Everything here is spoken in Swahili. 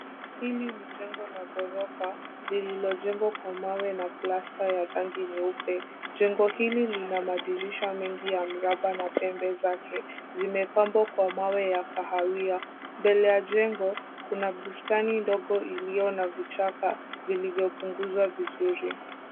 Hili ni jengo la ghorofa, lililojengwa kwa mawe na plasta ya rangi nyeupe. Jengo hili lina madirisha mengi ya mraba na pembe zake zimepambwa kwa mawe ya kahawia. Mbele ya jengo kuna bustani ndogo iliyo na vichaja vilivyopunguzwa vizuri.